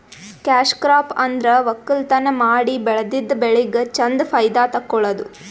cash crop ಅಂದ್ರ ವಕ್ಕಲತನ್ ಮಾಡಿ ಬೆಳದಿದ್ದ್ ಬೆಳಿಗ್ ಚಂದ್ ಫೈದಾ ತಕ್ಕೊಳದು